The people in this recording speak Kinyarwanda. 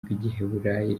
rw’igiheburayi